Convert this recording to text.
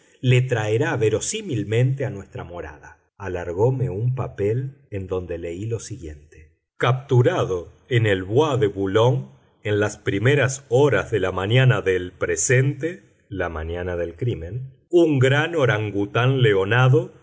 le traerá verosímilmente a nuestra morada alargóme un papel en donde leí lo siguiente capturado en el bois de boulogne en las primeras horas de la mañana del presente la mañana del crimen un gran orangután leonado de